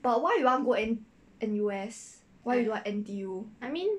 but why you want go N~ N_U_S why you don't want N_T_U